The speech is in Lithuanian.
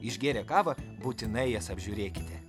išgėrę kavą būtinai jas apžiūrėkite